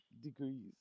degrees